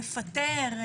לפטר?